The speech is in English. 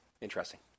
Interesting